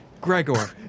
Gregor